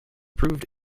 proved